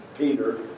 Peter